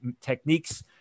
techniques